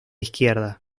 izquierda